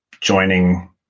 joining